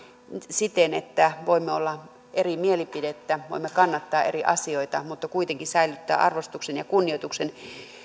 siten että voimme olla eri mieltä voimme kannattaa eri asioita mutta kuitenkin säilyttää arvostuksen ja kunnioituksen